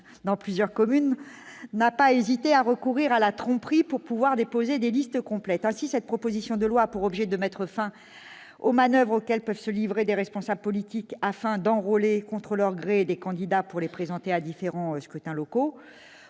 dans plusieurs communes, il n'a pas hésité à recourir à la tromperie pour pouvoir déposer des listes complètes. Aussi cette proposition de loi a-t-elle pour objet de mettre fin aux manoeuvres auxquelles peuvent se livrer des responsables politiques afin d'enrôler contre leur gré des candidats pour les présenter à différents scrutins locaux.